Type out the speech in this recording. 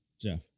Jeff